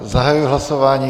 Zahajuji hlasování.